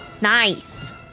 Nice